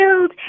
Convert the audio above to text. killed